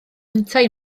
yntau